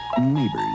Neighbors